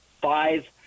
five